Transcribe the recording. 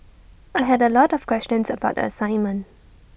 I had A lot of questions about assignment